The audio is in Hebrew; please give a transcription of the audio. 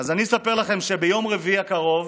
אז אני אספר לכם שביום רביעי הקרוב